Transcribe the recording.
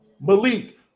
Malik